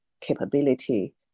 capability